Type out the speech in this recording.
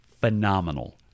phenomenal